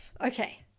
Okay